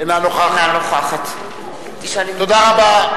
אינה נוכחת תודה רבה.